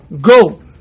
go